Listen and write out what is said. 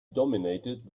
dominated